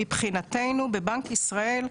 מבחינתנו בבנק ישראל,